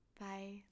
Bye